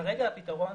כרגע הפתרון